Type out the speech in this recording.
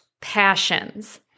passions